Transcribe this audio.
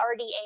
RDA